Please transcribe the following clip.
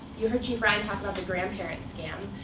you heard chief ryan talk about the grandparent scam.